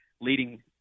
leading